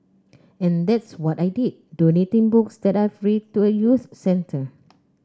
in that's what I did donating books that I've read to a youth centre